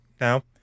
now